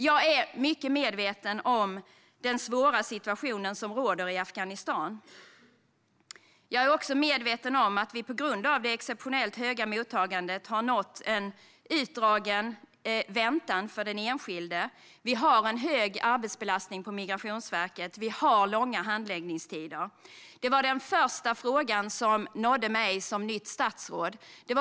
Jag är mycket medveten om den svåra situation som råder i Afghanistan. Jag är också medveten om att vi på grund av det exceptionellt höga mottagandet har en situation som innebär en utdragen väntan för den enskilde. Migrationsverket har en hög arbetsbelastning och långa handläggningstider. Detta var den första fråga som nådde mig som nytt statsråd.